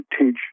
teach